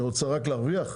היא רוצה רק להרוויח?